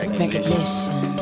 recognition